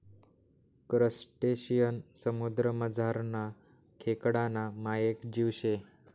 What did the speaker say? crustacean समुद्रमझारना खेकडाना मायेक जीव शे